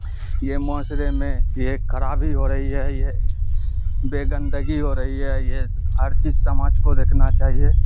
یہ معاشرے میں یہ ایک خرابی ہو رہی ہے یہ بے گندگی ہو رہی ہے یہ ہر چیز سماج کو دیکھنا چاہیے